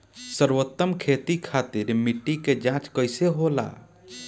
सर्वोत्तम खेती खातिर मिट्टी के जाँच कईसे होला?